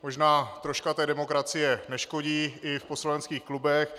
Možná troška té demokracie neškodí i v poslaneckých klubech.